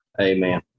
Amen